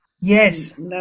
Yes